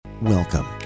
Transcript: Welcome